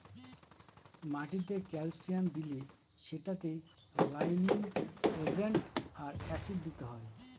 মাটিতে ক্যালসিয়াম দিলে সেটাতে লাইমিং এজেন্ট আর অ্যাসিড দিতে হয়